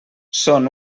són